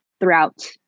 throughout